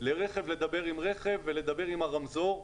לרכב לדבר עם רכב ולדבר עם הרמזור,